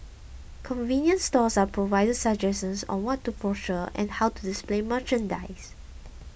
convenience stores are provided suggestions on what to procure and how to display merchandise